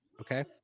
okay